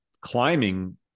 climbing